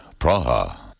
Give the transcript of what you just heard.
Praha